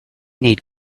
need